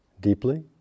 deeply